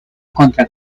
contra